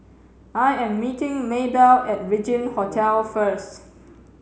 I am meeting Maebell at Regin Hotel first